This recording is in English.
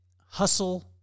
hustle